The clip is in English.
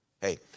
Hey